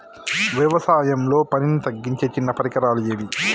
వ్యవసాయంలో పనిని తగ్గించే చిన్న పరికరాలు ఏవి?